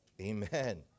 Amen